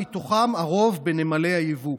מתוכם הרוב בנמלי היבוא.